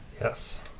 Yes